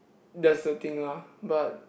that's the thing lah but